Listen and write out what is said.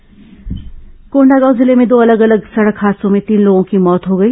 दुर्घटना कोंडागांव जिले में दो अलग अलग सड़क हादसों में तीन लोगों की मौत हो गई